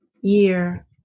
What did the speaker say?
year